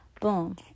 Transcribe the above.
boom